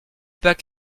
pas